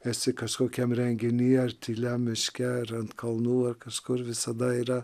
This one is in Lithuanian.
esi kažkokiam renginy ar tyliam miške ar ant kalnų ar kažkur visada yra